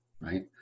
right